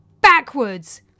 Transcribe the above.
backwards